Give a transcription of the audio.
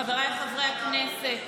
חבריי חברי הכנסת,